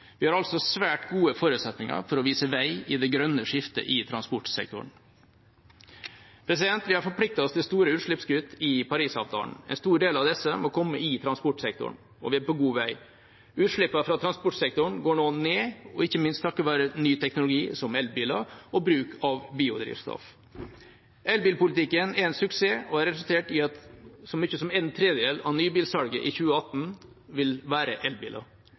Vi har altså svært gode forutsetninger for å vise vei i det grønne skiftet i transportsektoren. Vi har forpliktet oss til store utslippskutt i Parisavtalen. En stor del av disse må komme i transportsektoren, og vi er på god vei. Utslippene fra transportsektoren går nå ned, ikke minst takket være ny teknologi som elbiler og bruk av biodrivstoff. Elbilpolitikken er en suksess og har resultert i at så mye som en tredel av nybilsalget i 2018 vil være elbiler.